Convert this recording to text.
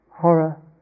horror